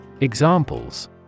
Examples